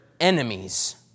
enemies